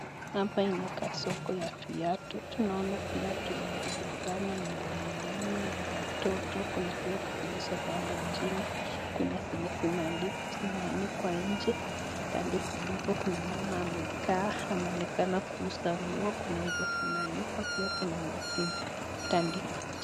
Hapa inakaa soko ya viatu tunaona viatu mingi sana ya wanaume ,ya watoto kuna viatu zilizo pangwa chini kuna zenye zimeanikwa inje. Kando kidogo kuna mama amekaa anaonekana kuuza nguo kuna nguo zimeanikwa pia kuna nguo zimetandikwa chini.